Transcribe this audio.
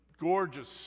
gorgeous